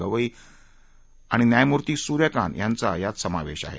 गवई आणि न्यायमूर्ति सूर्यकांत यांचा यात समावेश आहे